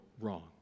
wrong